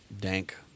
dank